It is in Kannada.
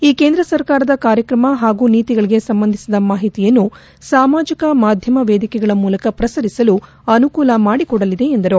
ಈ ಕೇಂದ್ರ ಸರ್ಕಾರದ ಕಾರ್ಯಕ್ರಮ ಹಾಗೂ ನೀತಿಗಳಿಗೆ ಸಂಬಂಧಿಸಿದಂತೆ ಮಾಹಿತಿಯನ್ನು ಸಾಮಾಜಿಕ ಮಾಧ್ಯಮ ವೇದಿಕೆಗಳ ಮೂಲಕ ಪ್ರಸರಿಸಲು ಅನುಕೂಲ ಮಾಡಿಕೊಡಲಿದೆ ಎಂದರು